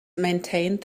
maintained